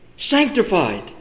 Sanctified